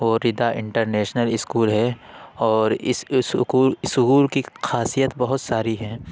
وہ Rida international school ہے اور اس اسکو اسغول کی خاصیت بہت ساری ہے